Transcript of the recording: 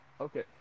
Okay